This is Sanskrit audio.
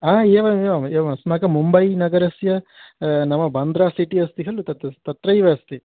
हा एवम् एवम् एवम् अस्माकं मुम्बै नगरस्य नाम बान्द्रा सिटि अस्ति खलु तत् तत्रैव अस्ति